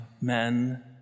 men